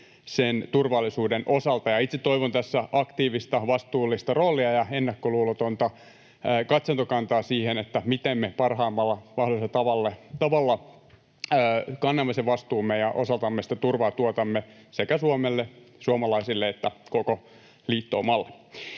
sen turvallisuuden osalta. Itse toivon tässä aktiivista, vastuullista roolia ja ennakkoluulotonta katsantokantaa siihen, miten me parhaimmalla mahdollisella tavalla kannamme sen vastuumme ja osaltamme sitä turvaa tuotamme sekä Suomelle ja suomalaisille että koko liittoumalle.